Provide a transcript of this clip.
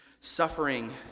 suffering